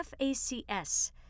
FACS